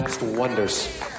wonders